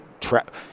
trap